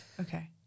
Okay